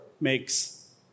makes